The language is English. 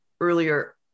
earlier